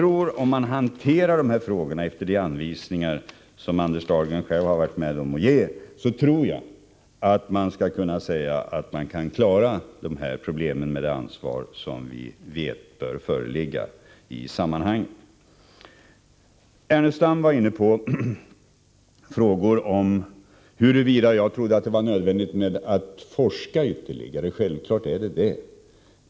Om man hanterar dessa frågor efter de anvisningar som Anders Dahlgren själv har varit med om att ge ut, tror jag att man skall kunna klara dessa problem med det ansvar som vi vet bör föreligga i sammanhanget. Lars Ernestam var inne på frågan om huruvida jag trodde att det var nödvändigt att forska ytterligare. Självfallet är det viktigt.